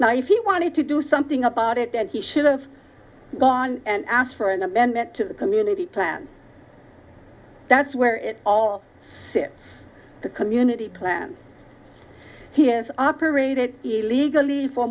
you wanted to do something about it that he should have gone and asked for an amendment to the community plan that's where it all fit the community plan he has operated illegally for